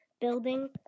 Building